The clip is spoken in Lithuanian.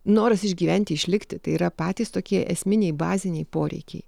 noras išgyventi išlikti tai yra patys tokie esminiai baziniai poreikiai